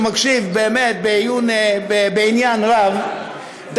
שמקשיב בעניין רב,